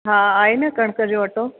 हा आहे न कणिक जो अटो